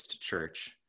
church